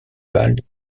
bals